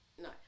No